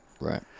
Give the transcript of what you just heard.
Right